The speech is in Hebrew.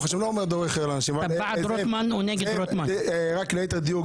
ליתר דיוק,